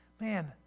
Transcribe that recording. man